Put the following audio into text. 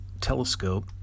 telescope